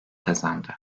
kazandı